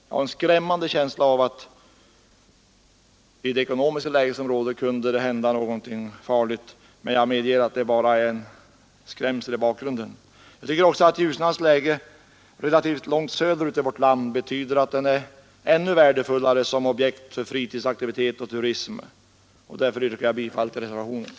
Jag har en skrämmande känsla av att det i det ekonomiska läge som råder kunde hända någonting farligt — men jag medger att det bara är en skrämsel i bakgrunden. Jag tycker också att Ljusnans läge relativt långt söderut i vårt land betyder att den är ännu värdefullare som objekt för fritidsaktivitet och turism, och därför yrkar jag bifall till reservationen 3.